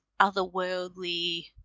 otherworldly